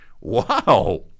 Wow